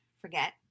forget